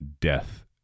death